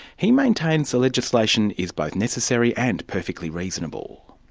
he maintains the legislation is both necessary and perfectly reasonable.